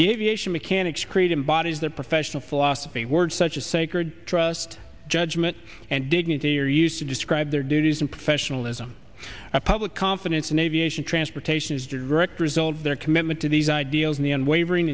aviation mechanics creating bodies that professional philosophy words such as sacred trust judgment and dignity are used to describe their duties and professionalism a public confidence in aviation transportation is direct result of their commitment to these ideals in the unwavering